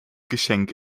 geschenk